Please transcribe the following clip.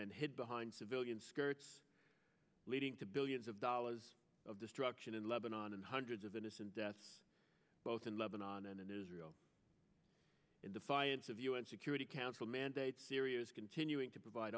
then hid behind civilian skirts leading to billions of dollars of destruction in lebanon and hundreds of innocent deaths both in lebanon and israel in defiance of u n security council mandate syria's continuing to provide